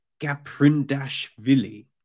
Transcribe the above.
Gaprindashvili